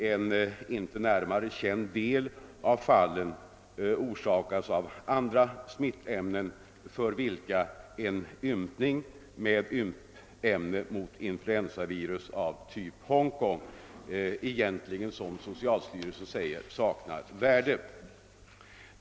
En inte närmare känd del av fallen orsakas av andra smittämnen, för vilka en ympning med ympämne mot influensavirus av typen Hongkong enligt socialstyrelsens mening saknar egentligt värde.